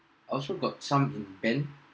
I also got some in plan